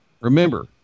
Remember